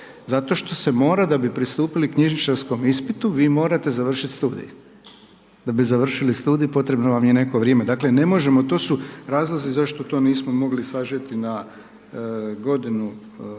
Zato što se mora da bi pristupili knjižničarskom ispitu vi morate završiti studij. Da bi završili studij, potrebno vam je neko vrijeme. Dakle ne možemo to su razlozi zašto to nismo mogli sažeti na godinu